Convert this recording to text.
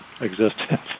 existence